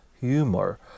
humor